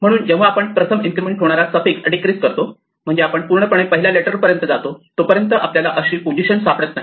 म्हणून जेव्हा आपण प्रथम इन्क्रिमेंट होणारा सफिक्स डिक्रीज करतो म्हणजे आपण पूर्णपणे पहिल्या लेटर पर्यंत जातो तोपर्यंत आपल्याला अशी पोझिशन सापडत नाही